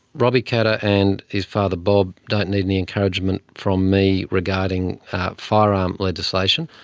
robbie katter and his father bob don't need any encouragement from me regarding firearm legislation.